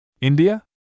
India